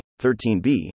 13B